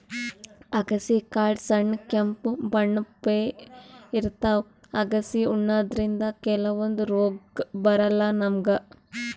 ಅಗಸಿ ಕಾಳ್ ಸಣ್ಣ್ ಕೆಂಪ್ ಬಣ್ಣಪ್ಲೆ ಇರ್ತವ್ ಅಗಸಿ ಉಣಾದ್ರಿನ್ದ ಕೆಲವಂದ್ ರೋಗ್ ಬರಲ್ಲಾ ನಮ್ಗ್